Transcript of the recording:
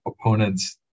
opponents